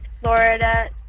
Florida